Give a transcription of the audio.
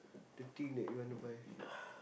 the thing that you want to buy